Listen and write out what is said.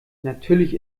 natürlich